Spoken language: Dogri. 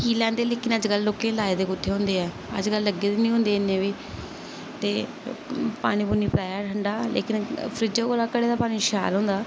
पी लोंदे लेकिन अज्जकल लोकें लाए दे कुत्थे होंदे ऐ अज्जकल लग्गे दे नेईं होंदे इन्ने बी ते पानी पूनी पलाया ठंडा लेकिन फ्रिज कोला घड़े दा पानी शैल होंदा